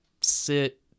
sit